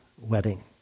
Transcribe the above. wedding